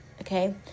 okay